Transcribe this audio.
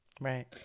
Right